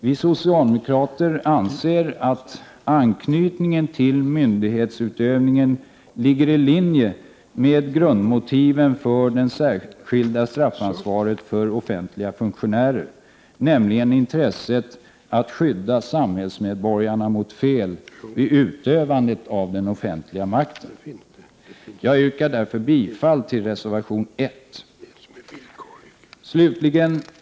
Vi socialdemokrater anser att anknytningen till myndighetsutövning ligger i linje med grundmotiven för det särskilda straffansvaret för offentliga funktionärer, nämligen intresset att skydda samhällsmedborgarna mot fel vid utövandet av den offentliga makten. Jag yrkar därför bifall till reservation nr 1.